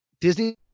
Disney